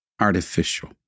artificial